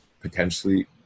potentially